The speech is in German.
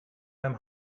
beim